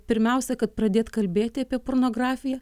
pirmiausia kad pradėt kalbėti apie pornografiją